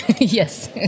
yes